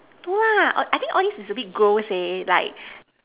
no lah I think all these is a bit gross eh like